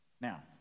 Now